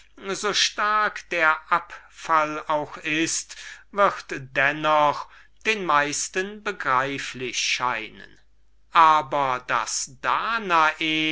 so stark der abfall auch ist wird dennoch den meisten begreiflich scheinen aber daß danae